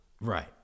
Right